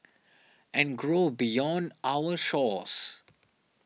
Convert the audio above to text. and grow beyond our shores